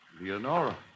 Leonora